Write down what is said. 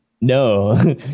no